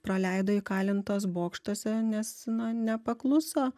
praleido įkalintos bokštuose nes na nepakluso